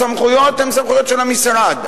הסמכויות הן סמכויות של המשרד,